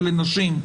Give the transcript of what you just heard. אלה נשים.